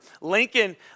Lincoln